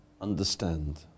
understand